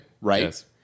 Right